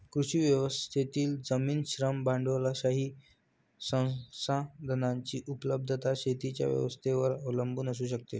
कृषी व्यवस्थेतील जमीन, श्रम, भांडवलशाही संसाधनांची उपलब्धता शेतीच्या व्यवस्थेवर अवलंबून असू शकते